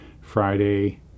Friday